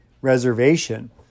reservation